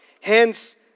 Hence